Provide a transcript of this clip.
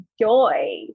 joy